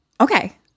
Okay